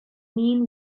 mean